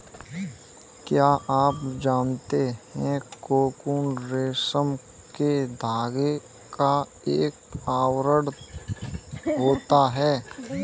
क्या आप जानते है कोकून रेशम के धागे का एक आवरण होता है?